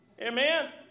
Amen